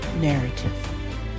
narrative